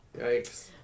Yikes